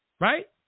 Right